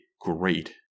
great